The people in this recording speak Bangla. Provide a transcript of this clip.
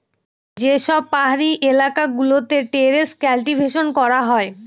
যে সব পাহাড়ি এলাকা গুলোতে টেরেস কাল্টিভেশন করা হয়